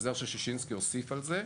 ההסדר של שישינסקי הוסיף על זה.